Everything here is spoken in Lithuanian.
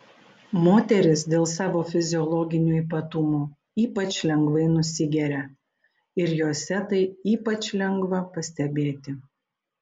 moterys dėl savo fiziologinių ypatumų ypač lengvai nusigeria ir jose tai ypač lengva pastebėti